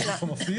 הגוף המפעיל?